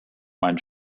mein